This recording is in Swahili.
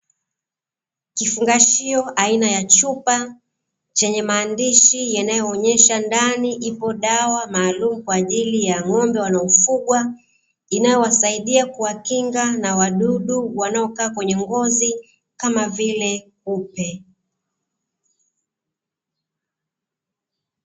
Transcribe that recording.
kifungashio aina ya chupa chenye maandishi yanayo onesha ndani ipo dawa maalumu, kwa ajili ya ng'ombe wanaofungwa inayo wasaidia kuwakinga na wadudu, wanao kaa kwenye ngozi kama vile kupe.